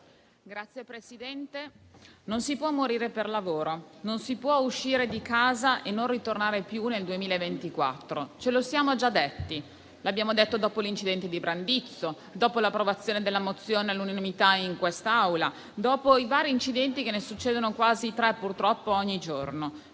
non si può morire per lavoro, non si può uscire di casa e non ritornare più nel 2024. Ce lo siamo già detti, l'abbiamo detto dopo l'incidente di Brandizzo, dopo l'approvazione della mozione all'unanimità in quest'Aula, dopo i vari incidenti (ne succedono quasi tre, purtroppo, ogni giorno),